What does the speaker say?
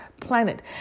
planet